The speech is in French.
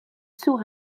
sous